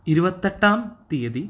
ഇരുപത്തെട്ടാം തീയതി